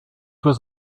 was